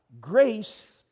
grace